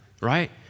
right